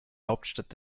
hauptstadt